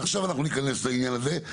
עכשיו אנחנו ניכנס לעניין הזה,